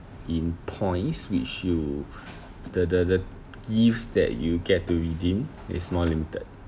in points which you the the the gifts that you get to redeem is more limited